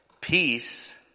peace